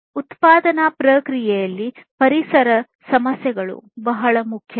ಉತ್ಪಾದನಾ ಪ್ರಕ್ರಿಯೆಯಲ್ಲಿ ಪರಿಸರ ಸಮಸ್ಯೆಗಳು ಬಹಳ ಮುಖ್ಯ